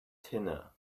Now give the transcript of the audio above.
tina